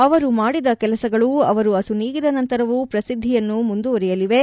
ಅವರು ಮಾಡಿದ ಕೆಲಸಗಳು ಅವರ ಅಸುನೀಗಿದ ನಂತರವೂ ಪ್ರಸಿದ್ಧಿಯನ್ನು ಪಡೆಯಲಿವೆ